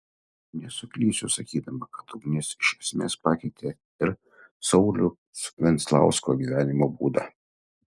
nesuklysiu sakydama kad ugnis iš esmės pakeitė ir sauliaus venclausko gyvenimo būdą